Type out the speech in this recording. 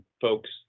folks